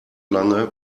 lange